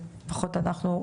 לפחות אנחנו,